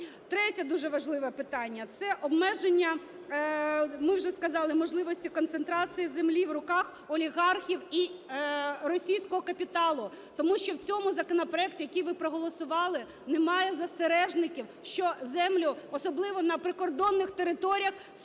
Третє дуже важливе питання. Це обмеження, ми вже сказали, можливості концентрації землі в руках олігархів і російського капіталу. Тому що в цьому законопроекті, який ви проголосували, немає застережників, що землю, особливо на прикордонних територіях,